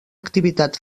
activitat